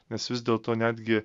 nes vis dėlto netgi